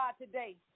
today